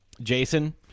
Jason